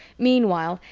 meanwhile,